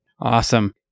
Awesome